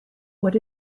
what